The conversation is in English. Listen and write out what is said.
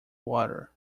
water